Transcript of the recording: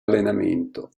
allenamento